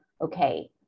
okay